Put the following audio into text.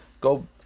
Go